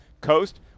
coast